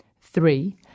Three